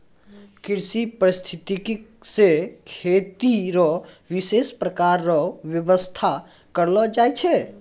कृषि परिस्थितिकी से खेती रो विशेष प्रकार रो व्यबस्था करलो जाय छै